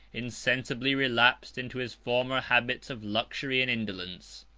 insensibly relapsed into his former habits of luxury and indolence.